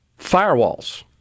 firewalls